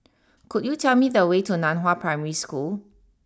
could you tell me the way to Nan Hua Primary School